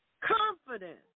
confidence